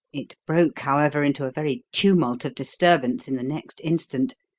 it broke, however, into a very tumult of disturbance in the next instant,